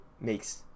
makes